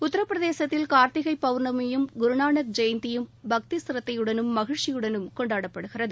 உத்திரபிரதேசத்தில் கார்த்திகை பவுர்ணமியும் குருநானக் ஜெயந்தியும் பக்தி சிரத்தையுடனும் மகிழ்ச்சியுடனும் கொண்டாடப்படுகிறது